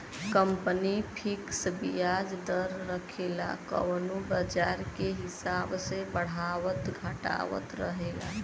company fix बियाज दर रखेला कउनो बाजार के हिसाब से बढ़ावत घटावत रहेला